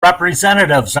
representatives